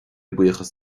buíochas